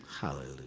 Hallelujah